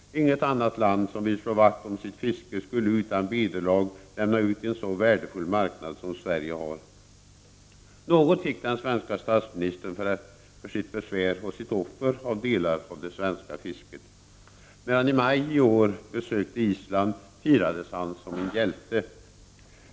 Inget annat land som vill slå vakt om sitt fiske skulle utan vederlag ha lämnat ut en så värdefull marknad som den Sverige har. Något fick den svenske statsministern för sitt besvär och sitt offer av delar av det svenska fisket. När han i maj i år besökte Island firades han som en hjälte.